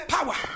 Power